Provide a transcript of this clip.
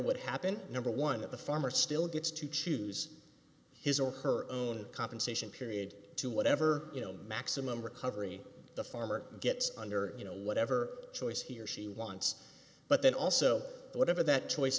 would happen number one of the farmer still gets to choose his or her own compensation period to whatever you know maximum recovery the farmer gets under you know whatever choice he or she wants but then also whatever that choice